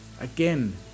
Again